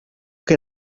que